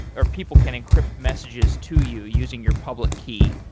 or people can encrypt messages to you using your public key,